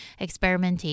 experimenting